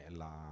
la